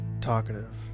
talkative